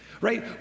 Right